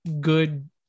good